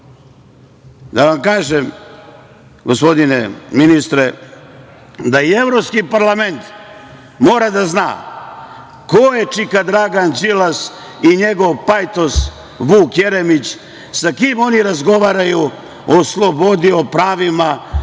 Ne može. Gospodine ministre, i Evropski parlament mora da zna ko je čika Dragan Đilas i njegov pajtos Vuk Jeremić, sa kim oni razgovaraju o slobodi, o pravima